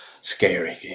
scary